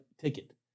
ticket